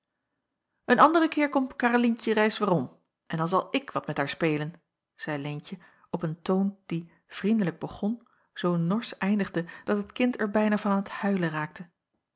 een andere keer komt karrelientje reis weêrom en dan zal ik wat met haar spelen zeî leentje op een toon die vriendelijk begonnen zoo norsch eindigde dat het kind er bijna van aan t huilen raakte